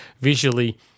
visually